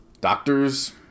doctors